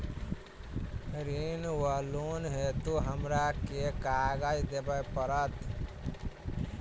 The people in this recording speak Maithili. ऋण वा लोन हेतु हमरा केँ कागज देबै पड़त?